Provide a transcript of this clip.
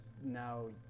now